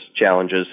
challenges